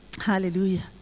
Hallelujah